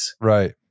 right